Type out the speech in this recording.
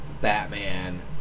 Batman